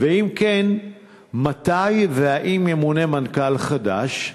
2. אם כן, האם ומתי ימונה מנכ"ל חדש?